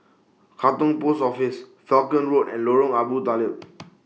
Katong Post Office Falkland Road and Lorong Abu Talib